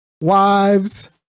wives